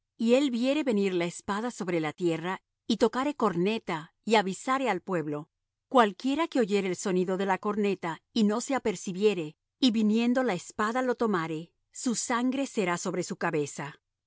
y él viere venir la espada sobre la tierra y tocare corneta y avisare al pueblo cualquiera que oyere el sonido de la corneta y no se apercibiere y viniendo la espada lo tomare su sangre será sobre su cabeza